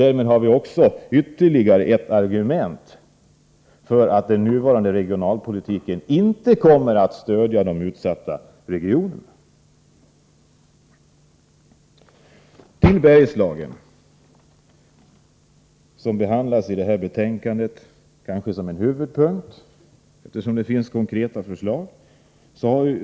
Därmed har vi också ytterligare ett argument för påståendet att den nuvarande regionalpolitiken inte kommer att stödja de utsatta regionerna. Bergslagen är något av en huvudpunkt i betänkandet, eftersom där finns konkreta förslag.